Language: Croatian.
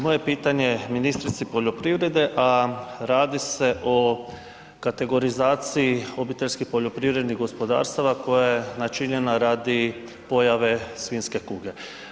Moje pitanje ministrici poljoprivrede a radi se o kategorizaciji obiteljskih poljoprivrednih gospodarstava koja je načinjena radi pojave svinjske kuge.